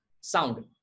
sound